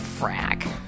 Frack